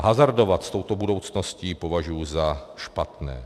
Hazardovat s touto budoucností považuji za špatné.